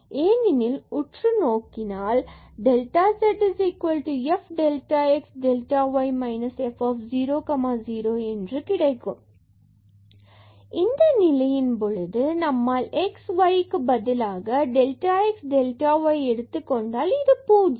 ஏனெனில் உற்றுநோக்கினால் delta z f delta x delta y f 0 0 கிடைக்கும் fxyx52sin 1x y52cos 1y x≠0y≠0 0elsewhere zaxbΔy1x2y இந்த நிலையின் பொழுது நம்மால் x மற்றும் yக்கு பதிலாக delta x delta y எடுத்துக்கொண்டால் இது 0